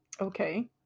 Okay